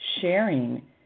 sharing